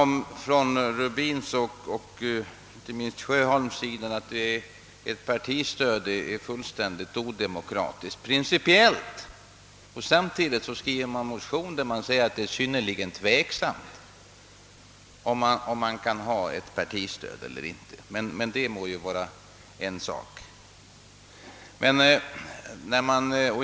Herr Rubin och inte minst herr Sjöholm talar om att ett partistöd principiellt är fullständigt odemokratiskt, och samtidigt skriver de i en motion, att det är tveksamt om något partistöd bör lämnas.